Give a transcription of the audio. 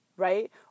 Right